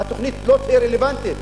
והתוכנית לא תהיה רלוונטית.